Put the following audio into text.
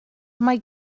mae